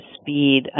speed